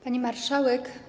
Pani Marszałek!